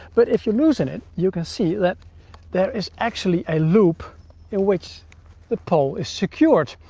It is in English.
but if you loosen it you can see that there is actually a loop in which the pole is secured.